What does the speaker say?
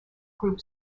group